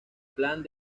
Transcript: plan